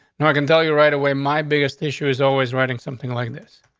now, i can tell you right away my biggest issue is always writing something like this.